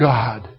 God